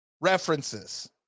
references